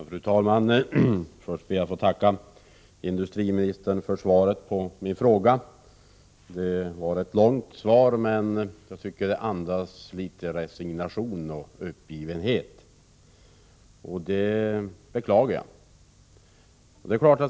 Fru talman! Först ber jag att få tacka industriministern för svaret på min fråga. Det var ett långt svar, men jag tycker att det andas litet resignation. Det beklagar jag.